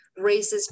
racist